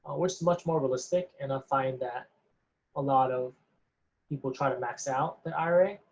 which is much more realistic, and i find that a lot of people try to max out their ira.